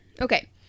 Okay